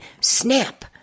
Snap